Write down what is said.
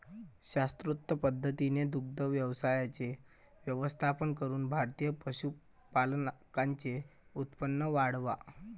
शास्त्रोक्त पद्धतीने दुग्ध व्यवसायाचे व्यवस्थापन करून भारतीय पशुपालकांचे उत्पन्न वाढवा